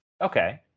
Okay